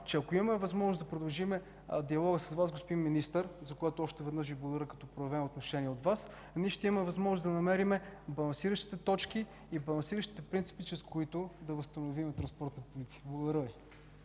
че ако имаме възможност да продължим диалога с Вас, господин Министър, за което още веднъж Ви благодаря като проявено отношение от Вас, ще имаме възможност да намерим балансиращите точки, и балансиращите принципи, чрез които да възстановим „Транспортна полиция”. Благодаря.